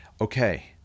okay